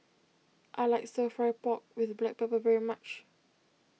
I like Stir Fry Pork with Black Pepper very much